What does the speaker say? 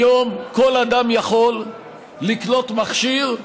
היום כל אדם יכול לקנות מכשיר,